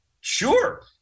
sure